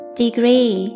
degree